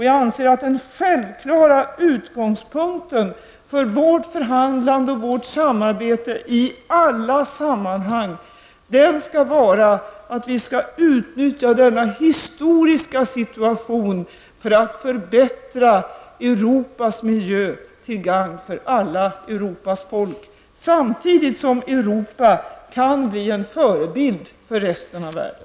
Jag anser att den självklara utgångspunkten för Sveriges förhandlande och samarbete i alla sammanhang skall vara att vi skall utnyttja denna historiska situation för att förbättra Europas miljö till gagn för alla Europas folk samtidigt som Europa kan bli en förebild för resten av världen.